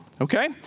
Okay